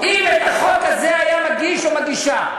אם את החוק הזה היה מגיש או מגישה,